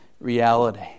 reality